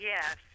Yes